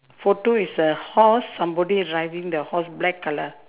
photo is a horse somebody is riding the horse black colour